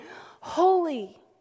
Holy